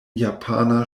japana